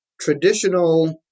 Traditional